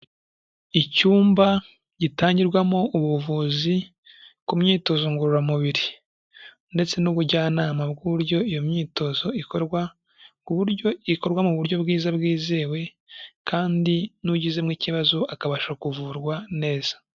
Icyumba gitangirwamo ubuvuzi ku myitozongororamubiri, ndetse n'ubujyanama bw'uburyo iyo myitozo ikorwa, ku buryo ikorwa mu buryo bwiza bwizewe kandi n'ugizemo ikibazo akabasha kuvurwa neza.